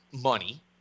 money